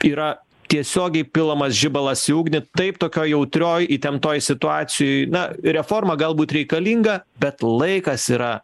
yra tiesiogiai pilamas žibalas į ugnį taip tokioj jautrioj įtemptoj situacijoj na reforma galbūt reikalinga bet laikas yra